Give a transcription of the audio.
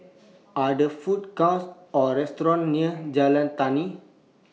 Are There Food cons Or restaurants near Jalan Tani